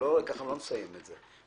כך לא נסיים את זה.